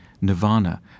nirvana